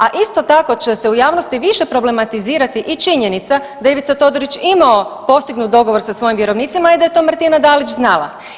A isto tako će se u javnosti više problematizirati i činjenica da je Ivica Todorić imao postignut dogovor sa svojim vjerovnicima i da je to Martina Dalić znala.